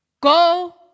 Go